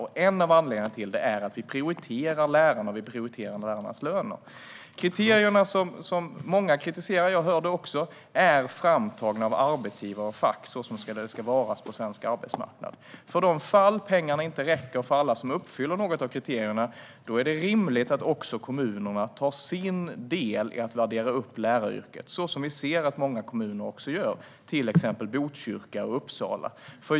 Och en av anledningarna till det är att vi prioriterar lärarna; vi prioriterar lärarnas löner. Kriterierna som många kritiserar - jag får också höra det - är framtagna av arbetsgivare och fack, precis som det ska vara på svensk arbetsmarknad. För de fall pengarna inte räcker till alla som uppfyller kriterierna är det rimligt att också kommunerna gör sin del i fråga om att värdera upp läraryrket. Det gör också många kommuner, till exempel Botkyrka och Uppsala.